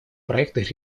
проектах